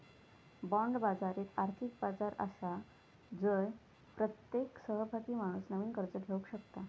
bond बाजार एक आर्थिक बाजार आसा जय प्रत्येक सहभागी माणूस नवीन कर्ज घेवक शकता